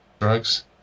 drugs